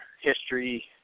History